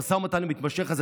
המשא ומתן המתמשך הזה,